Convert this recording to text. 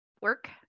work